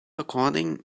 recording